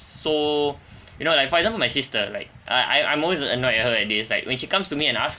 so you know like for example my sister like I I'm always annoyed at her at this like when she comes to me and ask